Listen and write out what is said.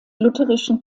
lutherischen